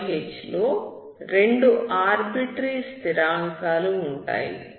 yH లో రెండు arbitrary స్థిరాంకాలు ఉంటాయి